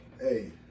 Hey